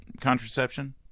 contraception